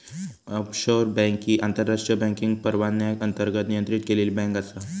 offshore bank ही आंतरराष्ट्रीय banking परवान्याअंतर्गत नियंत्रित केलेली बँक आसा